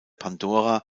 pandora